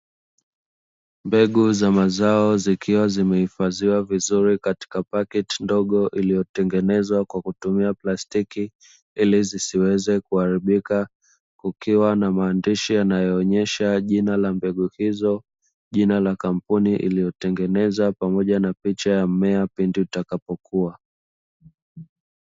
Mbegu za mazao zikiwa zimehifadhiwa vizuri katika paketi ndogo iliyotengenezwa kwa kutumia plastiki, ili zisiweze kuharibika kukiwa na maandishi yanayosomeka kuonesha jina la mbegu hizo, jina la kampuni iliyotengenezwa pamoja na picha ya mmea pindi utakapokua.